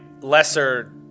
lesser